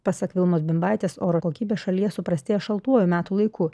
pasak vilmos bimbaitės oro kokybė šalyje suprastėja šaltuoju metų laiku